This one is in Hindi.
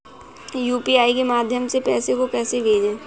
यू.पी.आई के माध्यम से पैसे को कैसे भेजें?